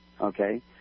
Okay